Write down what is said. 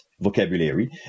vocabulary